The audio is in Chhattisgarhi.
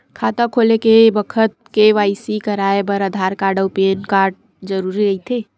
खाता खोले के बखत के.वाइ.सी कराये बर आधार कार्ड अउ पैन कार्ड जरुरी रहिथे